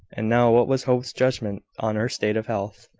and now, what was hope's judgment on her state of health?